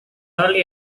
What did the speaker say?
early